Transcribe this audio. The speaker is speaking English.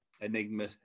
Enigma